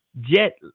Jet